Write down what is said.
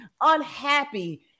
unhappy